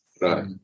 Right